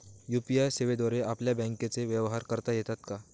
UPI सेवेद्वारे आपल्याला बँकचे व्यवहार करता येतात का?